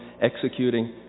executing